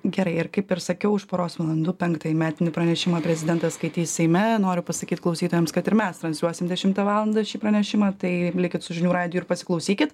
gerai ir kaip ir sakiau už poros valandų penktąjį metinį pranešimą prezidentas skaitys seime noriu pasakyt klausytojams kad ir mes transliuosim dešimtą valandą šį pranešimą tai likit su žinių radiju ir pasiklausykit